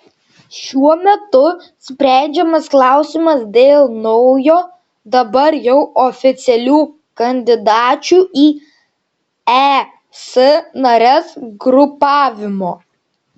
šiuo metu sprendžiamas klausimas dėl naujo dabar jau oficialių kandidačių į es nares grupavimo